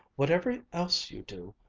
whatever else you do,